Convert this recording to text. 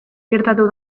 gertatu